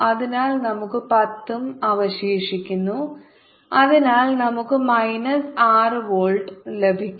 അതിനാൽ നമുക്ക് 10 ഉം അവശേഷിക്കുന്നു അതിനാൽ നമുക്ക് മൈനസ് 6 വോൾട്ട് ലഭിക്കും